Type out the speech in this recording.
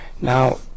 Now